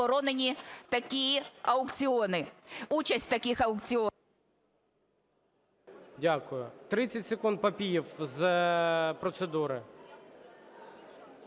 Дякую. 30 секунд, Папієв з процедури.